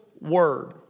word